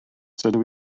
dydw